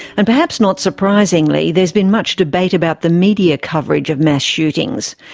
and perhaps not surprisingly there has been much debate about the media coverage of mass shootings.